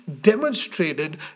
demonstrated